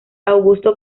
augusto